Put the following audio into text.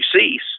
cease